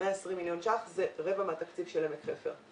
120 מיליון ש"ח זה רבע מהתקציב של עמק חפר,